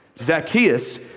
Zacchaeus